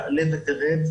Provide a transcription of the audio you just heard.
תעלה ותרד,